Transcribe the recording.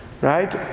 Right